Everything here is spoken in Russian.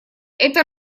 это